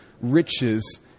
riches